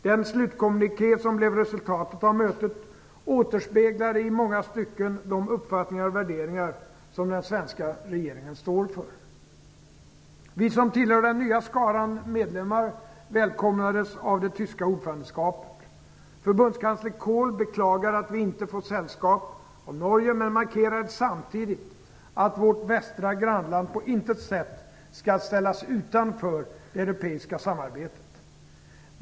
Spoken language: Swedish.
Den slutkommuniké som blev resultatet av mötet återspeglade i många stycken de uppfattningar och värderingar som den svenska regeringen står för. Vi som tillhör den nya skaran medlemmar välkomnades av det tyska ordförandeskapet. Förbundskansler Kohl beklagade att vi inte får sällskap av Norge, men han markerade samtidigt att vårt västra grannland på intet sätt skall ställas utanför det europeiska samarbetet.